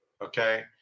okay